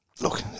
Look